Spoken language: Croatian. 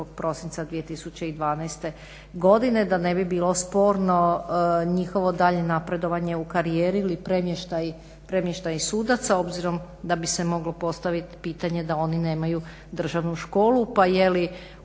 prosinca 2012. godine da ne bi bilo sporno njihovo daljnje napredovanje u karijeri ili premještaji sudaca obzirom da bi se moglo postavit pitanje da oni nemaju državnu školu. Pa je li,